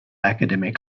academic